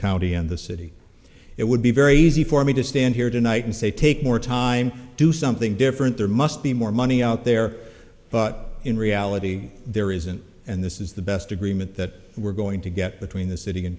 county and the city it would be very easy for me to stand here tonight and say take more time do something different there must be more money out there but in reality there isn't and this is the best agreement that we're going to get between the city